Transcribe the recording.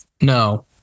no